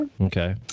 okay